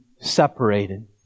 separated